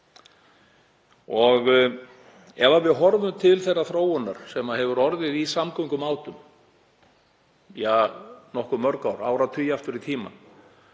Ef við horfum til þeirrar þróunar sem hefur orðið í samgöngumátum nokkuð mörg ár, áratugi, aftur í tímann